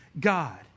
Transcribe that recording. God